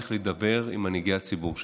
צריך להידבר עם מנהיגי הציבור שלה.